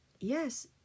yes